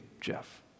Jeff